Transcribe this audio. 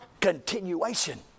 continuation